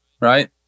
right